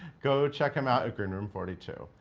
go check him out at green room forty two.